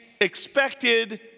expected